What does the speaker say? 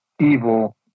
evil